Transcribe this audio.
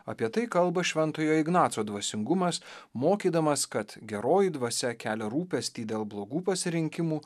apie tai kalba šventojo ignaco dvasingumas mokydamas kad geroji dvasia kelia rūpestį dėl blogų pasirinkimų